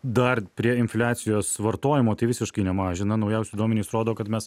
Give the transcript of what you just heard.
dar prie infliacijos vartojimo tai visiškai nemažina naujausi duomenys rodo kad mes